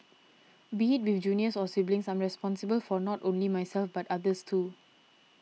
be it with juniors or siblings I'm responsible for not only myself but others too